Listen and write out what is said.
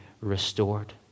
restored